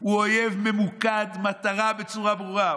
הוא אויב ממוקד מטרה בצורה ברורה.